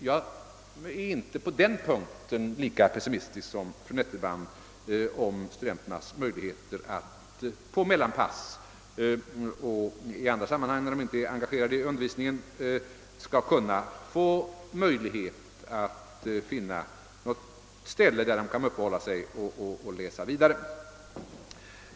Jag är därför inte lika pessimistisk som fru Nettelbrandt i fråga om studenternas möjligheter att finna uppehållsplatser för t.ex. läsning under mellanpass. och vid andra tillfällen då de inte är engagerade i undervisningen.